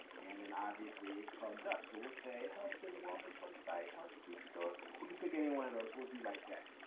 and then obviously it comes up. so we'll say health and wellness website, health food store, so you can pick any one of those. we'll do like that.